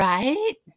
Right